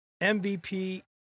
MVP